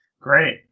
great